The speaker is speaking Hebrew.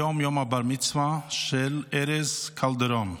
היום הוא יום בר-המצווה של ארז קלדרון.